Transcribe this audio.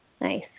Nice